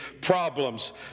problems